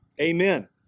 Amen